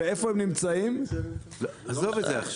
והם נמצאים איפה?